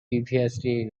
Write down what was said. previously